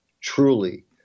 truly